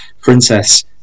princess